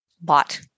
bot